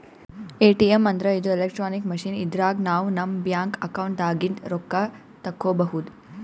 ATM ಅಂದ್ರ ಇದು electronic machine ಇದ್ರಾಗ್ ನಾವ್ ನಮ್ ಬ್ಯಾಂಕ್ ಅಕೌಂಟ್ ದಾಗಿಂದ್ ರೊಕ್ಕ ತಕ್ಕೋಬಹುದ್